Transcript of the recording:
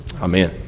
Amen